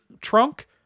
trunk